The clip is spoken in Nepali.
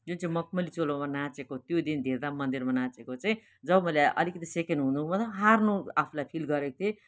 जुन चाहिँ मखमली चोलोमा नाचेको त्यो दिन धिरधाम मन्दिरमा नाचेको चाहिँ जब मैले अलिकती सेकेन्ड हुनु मतलब हार्नु आफुलाई फिल गरेको थिएँ